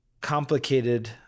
complicated